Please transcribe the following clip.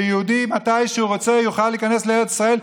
שיהודי יוכל מתי שהוא רוצה להיכנס לארץ ישראל,